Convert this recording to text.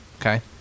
okay